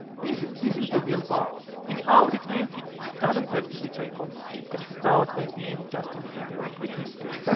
this is this is the real bar. in art, it means it doesn't have to be tchaikovsky. it can start by being justin bieber or britney spears.